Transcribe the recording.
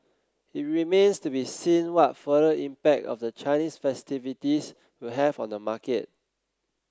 it remains to be seen what further impact of the Chinese festivities will have on the market